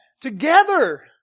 together